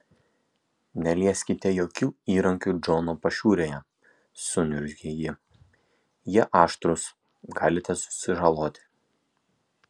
nelieskite jokių įrankių džono pašiūrėje suniurzgė ji jie aštrūs galite susižaloti